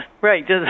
right